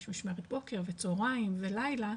יש משמרת בוקר וצהריים ולילה,